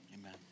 Amen